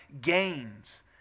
gains